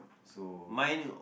so